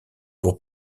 pour